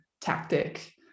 tactic